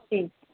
ٹھیک